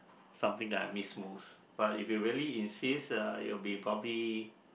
something that I miss most but if you really insist uh it will be probably